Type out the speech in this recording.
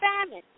Famine